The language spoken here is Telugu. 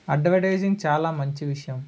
అడ్వటైజింగ్ చాలా మంచి విషయం